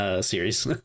series